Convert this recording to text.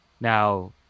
Now